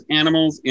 animals